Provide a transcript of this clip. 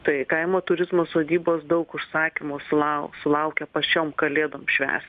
tai kaimo turizmo sodybos daug užsakymų sulau sulaukia pačiom kalėdom švęst